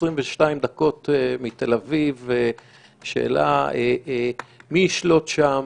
22 דקות מתל אביב, השאלה מי ישלוט שם?